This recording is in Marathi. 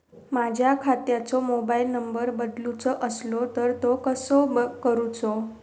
माझ्या खात्याचो मोबाईल नंबर बदलुचो असलो तर तो कसो करूचो?